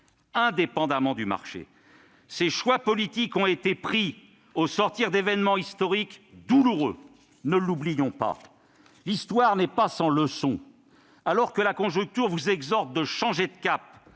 indépendamment du marché. Ces choix politiques ont été pris au sortir d'événements historiques douloureux, ne l'oublions pas. L'histoire n'est pas sans leçons. Alors que l'observation de la conjoncture est une exhortation à changer de cap,